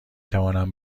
توانم